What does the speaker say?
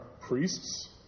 priests